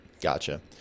Gotcha